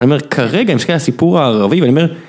אני אומר, כרגע המשקעי הסיפור הערבי, ואני אומר...